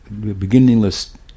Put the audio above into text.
beginningless